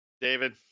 David